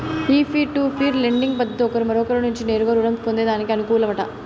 ఈ peer to peer lending పద్దతి ఒకరు మరొకరి నుంచి నేరుగా రుణం పొందేదానికి అనుకూలమట